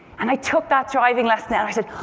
and i took that driving lesson, and i said,